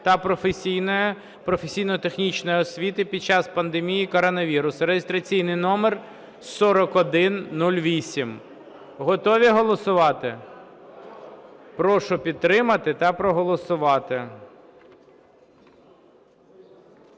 (професійно-технічної) освіти під час пандемії коронавірусу (реєстраційний номер 4108). Готові голосувати? Прошу підтримати та проголосувати.